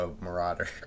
marauder